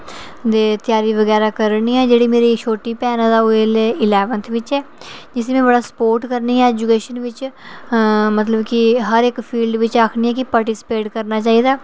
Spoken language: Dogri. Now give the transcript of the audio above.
ते त्यारी बगैरा करा नी आं ते जेह्ड़ी मेरी छोटी भैन ऐ ते ओह् एल्लै इलैवंथ बिच ऐ जिसी में बड़ा स्पोर्ट करनी आं एजूकेशन बिच ते हर इक्क फील्ड बिच आक्खनी आं कि पार्टीस्पेट करना चाहिदा